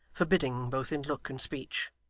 forbidding both in look and speech.